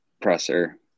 presser